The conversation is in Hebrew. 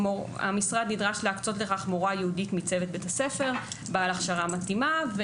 המשרד נדרש להקצות לכך מורה ייעודית בעלת הכשרה מתאימה מצוות בית הספר,